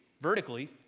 vertically